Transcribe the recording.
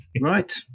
Right